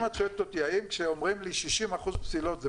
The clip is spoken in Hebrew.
אם את שואלת אותי האם כשאומרים לי 60% פסילות זה